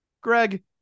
Greg